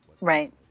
Right